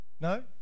No